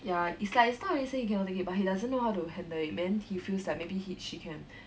ya it's like it's not really say he cannot take it but he doesn't know how to handle and then he feels like maybe he she can